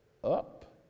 Up